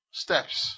steps